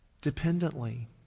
Dependently